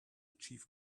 achieve